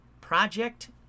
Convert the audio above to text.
Project